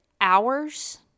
hours